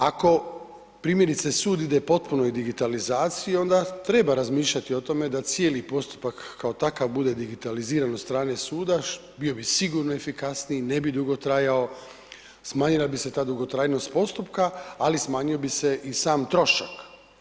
Ako primjerice sud ide potpunoj digitalizaciji onda treba razmišljati o tome da cijeli postupak kao takav bude digitaliziran od strane suda, bio bi sigurno efikasniji, ne bi dugo trajao, smanjila bi se ta dugotrajnost postupka ali smanjio bi se i sam trošak.